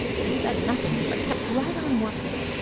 he said nothing, but kept right on working.